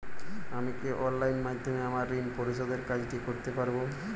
আমি কি অনলাইন মাধ্যমে আমার ঋণ পরিশোধের কাজটি করতে পারব?